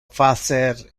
facer